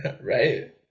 Right